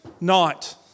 night